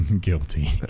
guilty